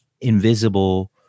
invisible